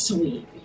Sweet